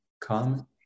come